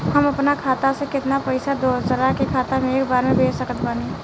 हम अपना खाता से केतना पैसा दोसरा के खाता मे एक बार मे भेज सकत बानी?